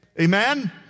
Amen